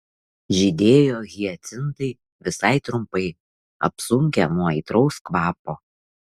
žydėjo hiacintai visai trumpai apsunkę nuo aitraus kvapo